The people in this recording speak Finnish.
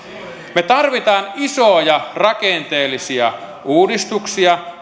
me tarvitsemme isoja rakenteellisia uudistuksia